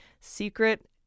secret